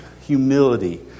humility